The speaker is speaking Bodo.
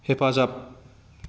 हेफाजाब